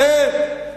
אתם.